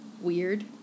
weird